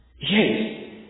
Yes